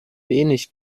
wenig